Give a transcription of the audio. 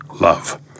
love